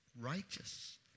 righteous